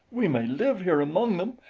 we may live here among them,